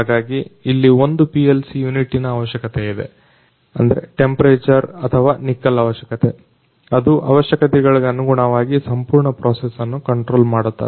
ಹಾಗಾಗಿ ಇಲ್ಲಿ ಒಂದು PLC ಯೂನಿಟ್ಟಿನ ಅವಶ್ಯಕತೆಯಿದೆ ತಾಪಮಾನ ನಿಕ್ಕಲ್ ಅವಶ್ಯಕತೆ ಅದು ಅವಶ್ಯಕತೆಗಳಿಗನುಗುಣವಾಗಿ ಸಂಪೂರ್ಣ ಪ್ರೋಸೆಸ್ ಅನ್ನು ಕಂಟ್ರೋಲ್ ಮಾಡುತ್ತದೆ